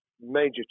major